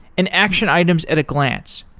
and action items at a glance.